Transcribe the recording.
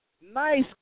Nice